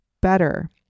better